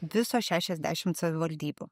visos šešiasdešimt savivaldybių